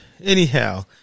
Anyhow